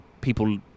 people